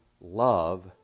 love